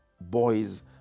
boys